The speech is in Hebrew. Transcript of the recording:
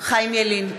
חיים ילין,